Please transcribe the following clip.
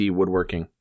Woodworking